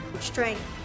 Strength